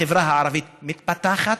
החברה ערבית מתפתחת,